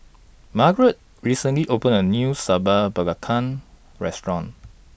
Margeret recently opened A New Sambal Belacan Restaurant